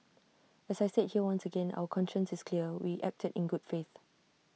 as I said here once again our conscience is clear we acted in good faith